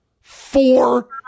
Four